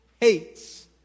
hates